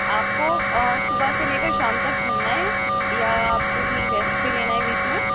آپ کو صبح سے لے کر شام تک گھومنا ہے یا آپ کو کہیں ریسٹ بھی لینا ہے بیچ میں